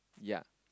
ya